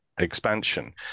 expansion